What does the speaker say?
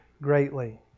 greatly